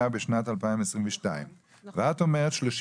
בשנת 2022 ואת אומרת 36 --- נכון.